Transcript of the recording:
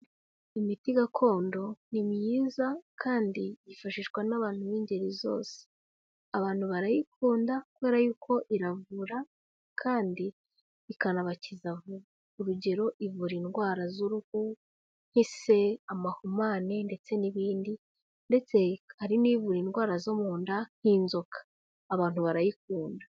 Imiti gakondo ni myiza kandi yifashishwa n'abantu b'ingeri zose, abantu barayikunda kubera yuko iravura kandi ikanabakiza vuba. Urugero ivura indwara z'uruhu nk'ise, amahumane ndetse n'ibindi ndetse hari n'ivura indwara zo mu nda nk'inzoka, abantu barayikunda.